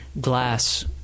glass